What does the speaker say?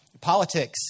Politics